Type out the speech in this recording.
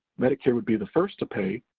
medicare would be the first to pay,